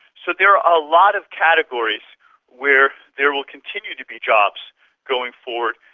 so there are a lot of categories where there will continue to be jobs going forward.